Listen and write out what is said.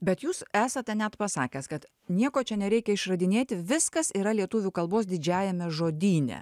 bet jūs esate net pasakęs kad nieko čia nereikia išradinėti viskas yra lietuvių kalbos didžiajame žodyne